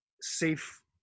safe